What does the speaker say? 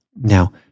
Now